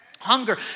Hunger